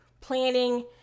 planning